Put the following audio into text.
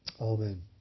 Amen